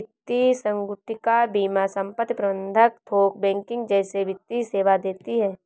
वित्तीय संगुटिका बीमा संपत्ति प्रबंध थोक बैंकिंग जैसे वित्तीय सेवा देती हैं